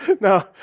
No